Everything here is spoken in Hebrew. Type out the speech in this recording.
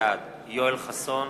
בעד יואל חסון,